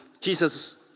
Jesus